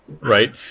Right